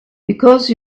because